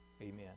amen